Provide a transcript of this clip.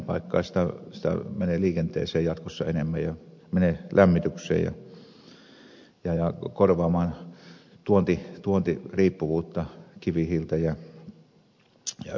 sitä menee liikenteeseen jatkossa enemmän ja menee lämmitykseen ja korvaamaan tuontiriippuvuutta kivihiiltä ja öljyä jopa maakaasua